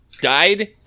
Died